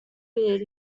beard